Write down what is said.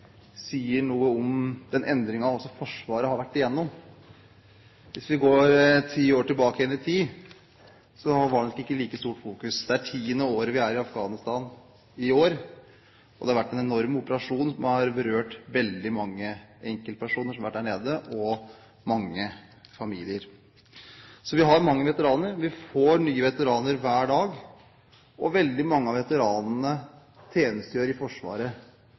sier noe om den endringen Forsvaret har vært igjennom. Hvis vi går ti år tilbake i tid, var det nok ikke et like stort fokus. Det er i år det tiende året vi er i Afghanistan, og det har vært en enorm operasjon som har berørt veldig mange enkeltpersoner som har vært der nede, og mange familier. Vi har mange veteraner. Vi får nye veteraner hver dag, og veldig mange av veteranene tjenestegjør i Forsvaret